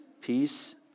Peace